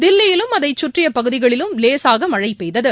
தில்லியிலும் அதைச் கற்றிய பகுதிகளிலும் லேசாக மழை பெய்தது